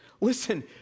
Listen